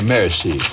Mercy